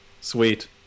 Sweet